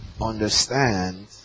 understand